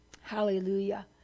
Hallelujah